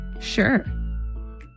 Sure